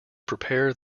prepare